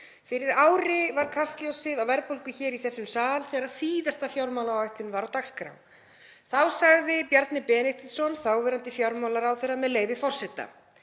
Fyrir ári var kastljósið á verðbólgu hér í þessum sal þegar síðasta fjármálaáætlun var á dagskrá. Þá sagði Bjarni Benediktsson, þáverandi fjármálaráðherra, með leyfi forseta: